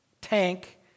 tank